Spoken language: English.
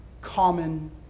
common